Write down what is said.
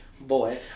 boy